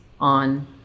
on